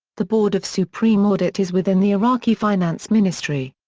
the board of supreme audit is within the iraqi finance ministry.